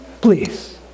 please